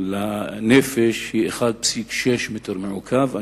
לנפש הוא 1.6 מטר מעוקב,